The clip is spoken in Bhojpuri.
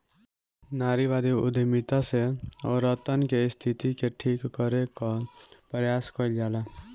नारीवादी उद्यमिता से औरतन के स्थिति के ठीक करे कअ प्रयास कईल जाला